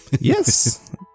Yes